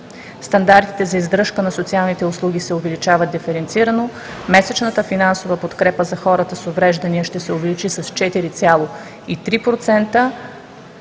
Стандартите за издръжка на социалните услуги се увеличават диференцирано, месечната финансова подкрепа за хората с увреждания ще се увеличи с 4,3%.